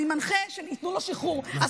שייתנו לו שחרור.